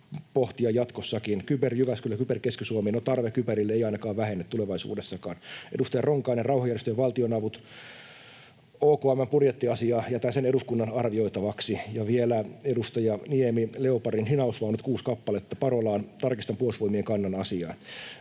jatkossakin. Kyber-Jyväskylä, kyber- Keski-Suomi — no, tarve kyberille ei ainakaan vähene tulevaisuudessakaan. Edustaja Ronkainen, rauhanjärjestöjen valtionavut ovat OKM:n budjettiasiaa. Jätän sen eduskunnan arvioitavaksi. Ja vielä edustaja Niemi: Leopardin hinausvaunut, kuusi kappaletta, Parolaan. Tarkistan Puolustusvoimien kannan asiaan.